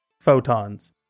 photons